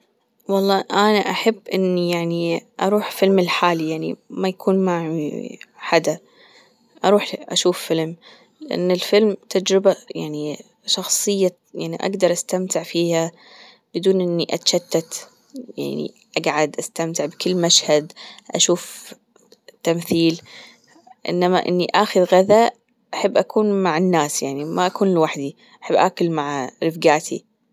والله أنا أحب إني يعني أروح فيلم لحالي يعني ما يكون معي حدا أروح أشوف فيلم إن الفيلم تجربة يعني شخصية يعني أجدر أستمتع فيها بدون إني أتشتت يعني أجعد أستمتع بكل مشهد أشوف تمثيل إنما إني أخذ غذاء أحب أكون مع الناس يعني ما أكون لوحدي أحب أكل مع رفجاتي.